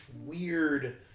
weird